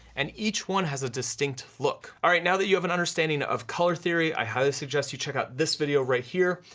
and each one has a distinct look. alright, now that you have an understanding of color theory, i highly suggest you check out this video right here.